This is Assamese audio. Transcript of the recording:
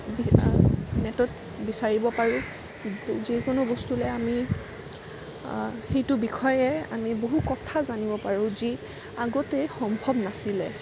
নেটত বিচাৰিব পাৰোঁ যিকোনো বস্তুৰে আমি সেইটো বিষয়ে আমি বহু কথা জানিব পাৰোঁ যি আগতে সম্ভৱ নাছিল